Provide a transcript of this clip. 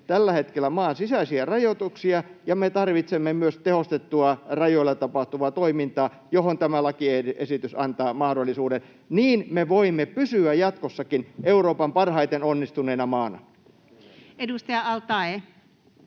tällä hetkellä maan sisäisiä rajoituksia ja me tarvitsemme myös tehostettua rajoilla tapahtuvaa toimintaa, johon tämä lakiesitys antaa mahdollisuuden. Niin me voimme pysyä jatkossakin Euroopan parhaiten onnistuneena maana. [Speech 301]